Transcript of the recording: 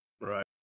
Right